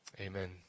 amen